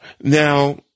now